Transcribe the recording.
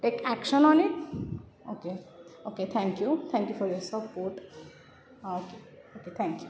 take action on it okay okay thank you thank you for your support हा okay okay thank you